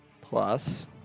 Plus